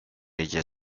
ella